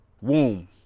womb